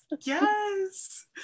Yes